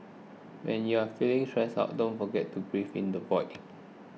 when you are feeling stressed out don't forget to breathe into the void